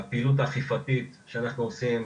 הפעילות האכיפתית שאנחנו עושים,